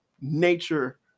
nature